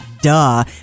duh